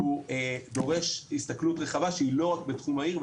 הוא דורש הסתכלות רחבה שהיא לא רק בתחום העיר,